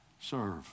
Serve